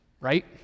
right